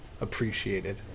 appreciated